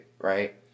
right